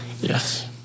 Yes